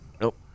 Nope